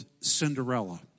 Cinderella